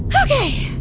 ok.